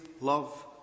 love